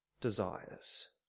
desires